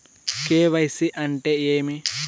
KYC అంటే ఏమి?